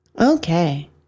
Okay